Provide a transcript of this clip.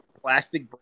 plastic